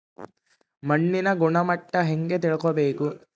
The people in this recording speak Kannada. ಮಣ್ಣಿನ ಗುಣಮಟ್ಟ ಹೆಂಗೆ ತಿಳ್ಕೊಬೇಕು?